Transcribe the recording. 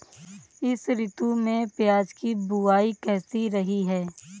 इस ऋतु में प्याज की बुआई कैसी रही है?